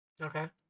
Okay